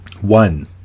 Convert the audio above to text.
One